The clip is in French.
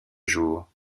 jour